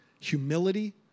humility